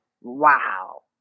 Wow